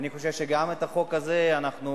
ואני חושב שגם את החוק הזה אנחנו,